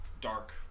dark